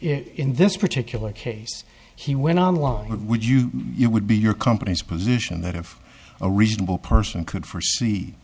in this particular case he went on line would you you would be your company's position that if a reasonable person could for see